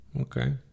Okay